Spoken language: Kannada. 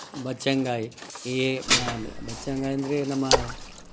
ಬಚ್ಚಂಗಾಯಿ ಈ ಬಚ್ಚಂಗಾಯಿ ಅಂದರೆ ನಮ್ಮ